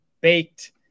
baked